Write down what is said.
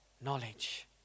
knowledge